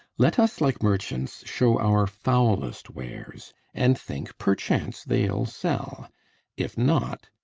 let us, like merchants, show our foulest wares and think perchance they'll sell if not,